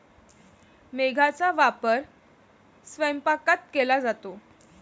मैद्याचा वापर स्वयंपाकात केला जातो